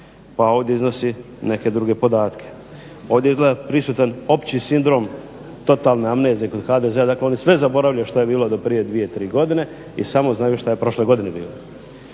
pa ovdje iznosi neke druge podatke. Ovdje je izgleda prisutan opći sindrom totalne amnezije kod HDZ-a, dakle oni sve zaboravljaju što je bilo do prije dvije, tri godine i samo znaju što je prošle godine bilo.